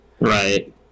Right